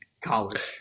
college